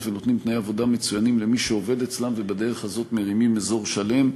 ונותנים תנאי עבודה למי שעובד אצלם ובדרך הזאת מרימים אזור שלם.